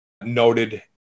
noted